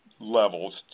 levels